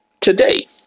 today